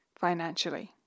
financially